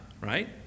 right